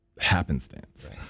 happenstance